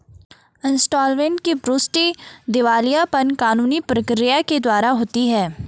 insolvent की पुष्टि दिवालियापन कानूनी प्रक्रिया के द्वारा होती है